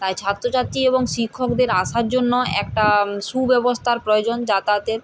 তাই ছাত্রছাত্রী এবং শিক্ষকদের আসার জন্য একটা সুব্যবস্থার প্রয়োজন যাতায়াতের